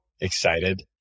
excited